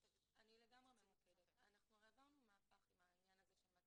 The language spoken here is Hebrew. אנחנו הרי עברנו מהפך עם העניין הזה של כן